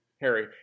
Harry